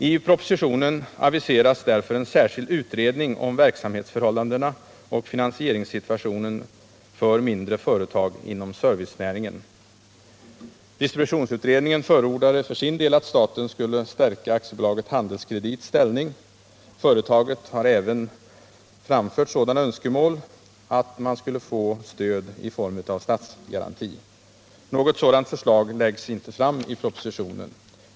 I propositionen aviseras därför en särskild utredning om verksamhetsförhållandena och finansieringssituationen för mindre företag inom servicenäringen. Distributionsutredningen förordade för sin del att staten skulle stärka AB Handelskredits ställning. Företaget har även framfört önskemål om stöd i form av statsgaranti. Något sådant förslag läggs inte fram i propositionen.